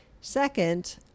Second